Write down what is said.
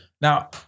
Now